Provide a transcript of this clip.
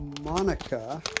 Monica